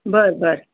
बरं बरं